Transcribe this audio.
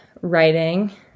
writing